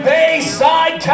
Bayside